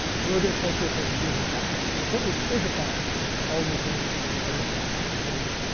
so we're going to take this as a given fact. and it certainly is a fact for all neutrinos that have ever been actually measured.